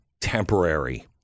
temporary